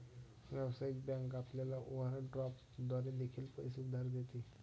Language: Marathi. व्यावसायिक बँक आपल्याला ओव्हरड्राफ्ट द्वारे देखील पैसे उधार देते